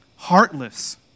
Heartless